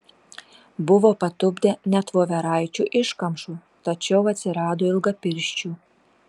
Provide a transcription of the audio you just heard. buvo patupdę net voveraičių iškamšų tačiau atsirado ilgapirščių